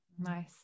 nice